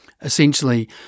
essentially –